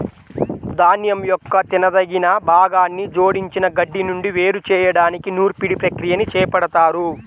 ధాన్యం యొక్క తినదగిన భాగాన్ని జోడించిన గడ్డి నుండి వేరు చేయడానికి నూర్పిడి ప్రక్రియని చేపడతారు